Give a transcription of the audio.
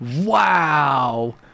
Wow